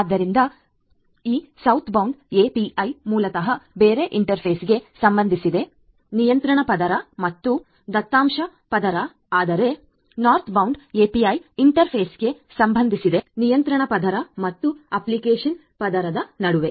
ಆದ್ದರಿಂದ ಈ southbound API ಮೂಲತಃ ಬೇರೆ ಇಂಟರ್ಫೇಸ್ಗೆ ಸಂಬಂಧಿಸಿದೆ ನಿಯಂತ್ರಣ ಪದರ ಮತ್ತು ದತ್ತಾಂಶ ಪದರ ಆದರೆ ನಾರ್ತ್ಬೌಂಡ್ API ಇಂಟರ್ಫೇಸ್ಗೆ ಸಂಬಂಧಿಸಿದೆ ನಿಯಂತ್ರಣ ಪದರ ಮತ್ತು ಅಪ್ಲಿಕೇಶನ್ ಪದರದ ನಡುವೆ